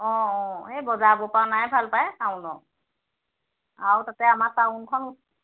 অঁ অঁ এই বজাৰবোৰৰ পৰাই অনা ভাল পায় টাউনৰ আৰু তাতে আমাৰ টাউনখন